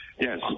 Yes